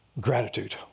gratitude